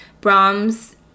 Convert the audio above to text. Brahms